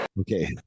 okay